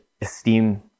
esteem